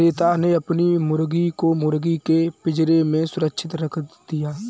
श्वेता ने अपनी मुर्गी को मुर्गी के पिंजरे में सुरक्षित रख दिया